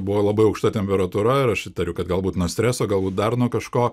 buvo labai aukšta temperatūra ir aš įtariu kad galbūt nuo streso galbūt dar nuo kažko